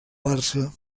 barça